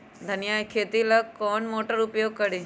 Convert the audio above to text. धनिया के खेती ला कौन मोटर उपयोग करी?